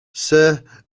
sir